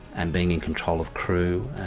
and being in control of crew.